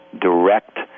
direct